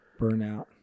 burnout